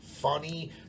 Funny